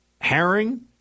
Herring